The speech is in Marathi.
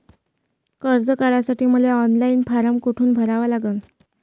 कर्ज काढासाठी मले ऑनलाईन फारम कोठून भरावा लागन?